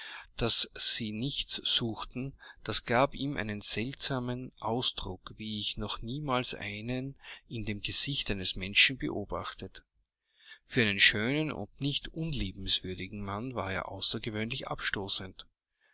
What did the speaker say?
daß sie nichts suchten das gab ihm einen seltsamen ausdruck wie ich noch niemals einen in dem gesicht eines menschen beobachtet für einen schönen und nicht unliebenswürdigen mann war er außergewöhnlich abstoßend